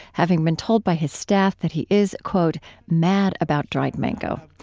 having been told by his staff that he is, quote mad about dried mango.